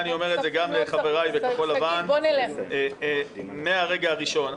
אני אומר את זה גם לחבריי בכחול לבן מהרגע הראשון.